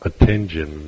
Attention